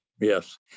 Yes